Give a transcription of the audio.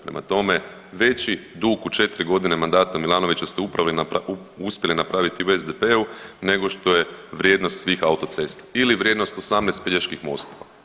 Prema tome, veći dug u četiri godine mandata Milanovića ste uspjeli napraviti u SDP-u nego što je vrijednost svih autocesta ili vrijednost 18 Peljeških mostova.